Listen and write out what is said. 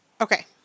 Okay